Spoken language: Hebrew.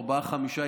ארבעה או חמישה,